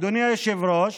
אדוני היושב-ראש,